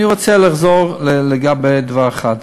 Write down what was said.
אני רוצה לחזור לדבר אחד,